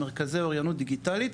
מרכזי אוריינות דיגיטלית,